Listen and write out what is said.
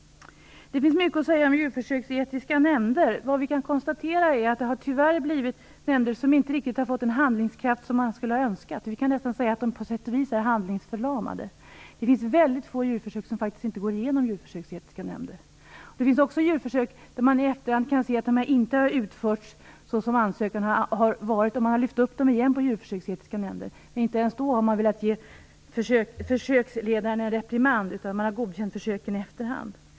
Det finns mycket att säga om djurförsöksetiska nämnder. Vad vi kan konstatera är att det tyvärr har blivit nämnder som inte riktigt har fått den handlingskraft som man skulle ha önskat. Vi kan nästan säga att de på sätt och vis är handlingsförlamade. Det finns mycket få djurförsök som inte går igenom de djurförsöksetiska nämnderna. Det finns också djurförsök där man i efterhand kan se att de inte har utförts enligt ansökan. De har då åter tagits upp i djurförsöksetiska nämnder. Men inte ens då har nämnderna velat ge försöksledaren en reprimand, utan nämnderna har godkänt försöken i efterhand.